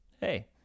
Hey